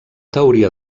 teoria